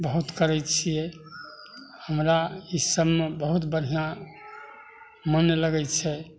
बहुत करै छियै हमरा ई सभमे बहुत बढ़िआँ मोन लगै छै